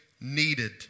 needed